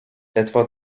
etwa